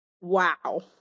Wow